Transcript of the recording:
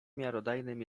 miarodajnym